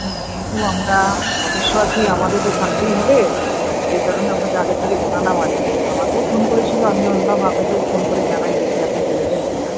হুম যেহেতু আমরা সদস্য আছি আমাদের তো থাকতেই হবে সেই কারণে আপনাকে আগের থেকে জানালাম আর কি আমাকেও ফোন করেছিল আমিও ভাবলাম আপনাকেও ফোন করে জানাই দেখি আপনি জেনেছেন কি না